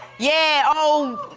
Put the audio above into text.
yeah, oh,